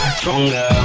stronger